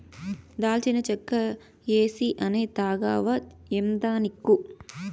దాల్చిన చెక్క ఏసీ అనే తాగవా ఏందానిక్కు